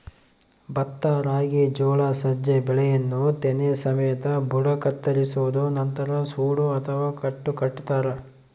ಭತ್ತ ರಾಗಿ ಜೋಳ ಸಜ್ಜೆ ಬೆಳೆಯನ್ನು ತೆನೆ ಸಮೇತ ಬುಡ ಕತ್ತರಿಸೋದು ನಂತರ ಸೂಡು ಅಥವಾ ಕಟ್ಟು ಕಟ್ಟುತಾರ